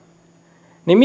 niin